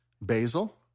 basil